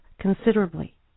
considerably